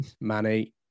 Manny